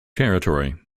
territory